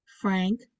Frank